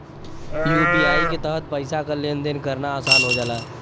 UPI के तहत पइसा क लेन देन करना आसान हो जाला